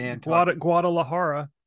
Guadalajara